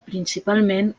principalment